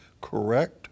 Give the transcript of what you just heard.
correct